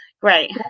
Great